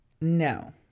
No